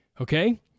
Okay